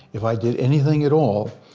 if i did anything at all,